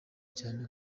cyane